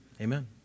Amen